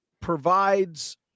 provides